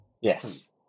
Yes